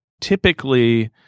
Typically